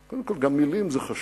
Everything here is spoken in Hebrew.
קודם כול, גם מלים זה חשוב,